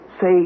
Say